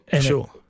Sure